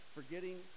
Forgetting